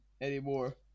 anymore